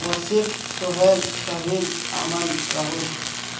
worship Sohel Sahil Aman Rahul